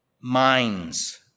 minds